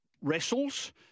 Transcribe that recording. wrestles